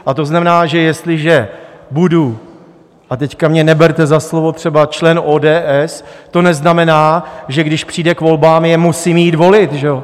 A to znamená, že jestliže budu a teď mě neberte za slovo třeba člen ODS, to neznamená, že když přijde k volbám, je musí volit, že jo?